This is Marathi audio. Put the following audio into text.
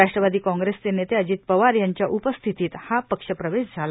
राष्ट्रवादी काँग्रेसचे नेते अजित पवार यांच्या उपस्थितीत हा पक्षप्रवेश झाला